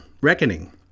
reckoning